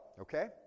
okay